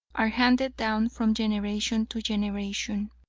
are handed down from generation to generation.